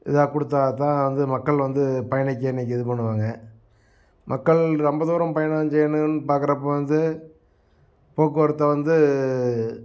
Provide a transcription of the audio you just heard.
இதாக கொடுத்தாதான் வந்து மக்கள் வந்து பயணிக்க இன்னிக்கி இது பண்ணுவாங்க மக்கள் ரொம்பதூரம் பயணம் செய்யணும்னு பார்க்குறப்ப வந்து போக்குவரத்தை வந்து